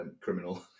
Criminal